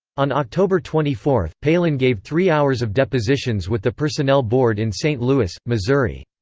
on october twenty four, palin gave three hours of depositions with the personnel board in st. louis, missouri.